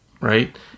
Right